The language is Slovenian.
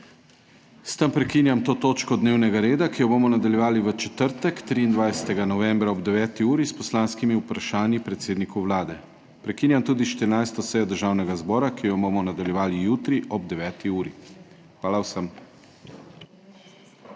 S tem prekinjam to točko dnevnega reda, ki jo bomo nadaljevali v četrtek, 23. novembra, ob 9. uri s poslanskimi vprašanji predsedniku Vlade. Prekinjam tudi 14. sejo Državnega zbora, ki jo bomo nadaljevali jutri ob 9. uri. Hvala vsem!